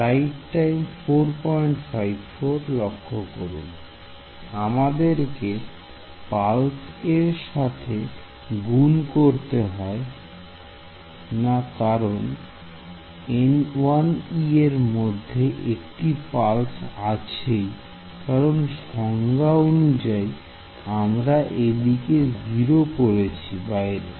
Student আমাদেরকে pulse এর সাথে গুন করতে হয় না কারণ এর মধ্যে একটি পালস আছেই কারণ সংজ্ঞা অনুযায়ী আমরা এদিকে 0 করেছি বাইরে